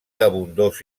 abundós